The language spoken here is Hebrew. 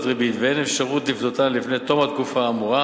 ריבית ואין אפשרות לפדותן לפני תום התקופה האמורה,